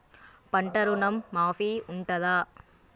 పంట ఋణం మాఫీ ఉంటదా?